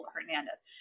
Hernandez